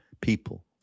people